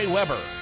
Weber